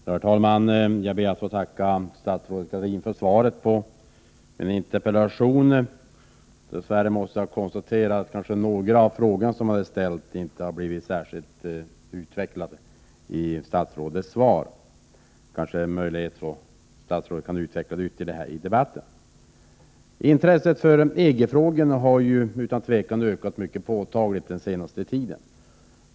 Herr talman! Jag ber att få tacka statsrådet Gradin för svaret på min interpellation. Dess värre måste jag konstatera att några av frågorna som jag ställde inte har blivit särskilt mycket belysta. Statsrådet kanske har möjlighet att här under debatten ytterligare utveckla sitt svar. Intresset för EG-frågorna har utan tvivel ökat mycket påtagligt under den senaste tiden.